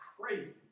crazy